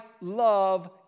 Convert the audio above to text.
love